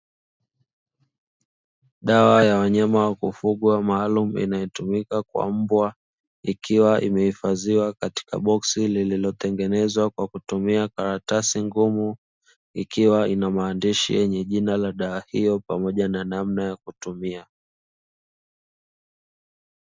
Dawa ya wanyama wa kufugwa maalumu inayotumika kwa mbwa ikiwa imehifadhiwa katika boksi lililotengenezwa kwa kutumia karatasi ngumu; ikiwa ina maandishi yenye jina la dawa hiyo pamoja na namna ya kutumia.